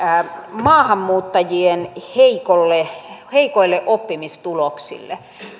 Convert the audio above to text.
maahanmuuttajien heikoille heikoille oppimistuloksille